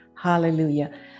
Hallelujah